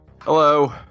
Hello